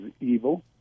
evil